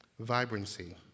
vibrancy